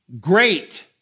great